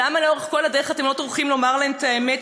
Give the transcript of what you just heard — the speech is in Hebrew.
למה לאורך כל הדרך אתם לא טורחים לומר להם את האמת,